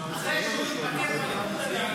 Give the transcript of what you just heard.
אחרי שהוא יתפקד לליכוד, אני אענה לו.